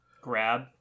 grab